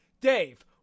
Dave